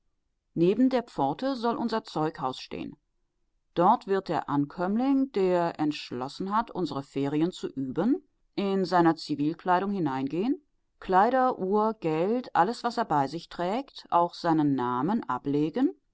neben der pforte soll unser zeughaus stehen dort wird der ankömmling der sich entschlossen hat unsere ferien zu üben in seiner zivilkleidung hineingehen kleider uhr geld alles was er bei sich trägt auch seinen namen ablegen